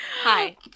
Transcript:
Hi